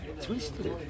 Twisted